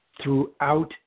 throughout